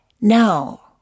now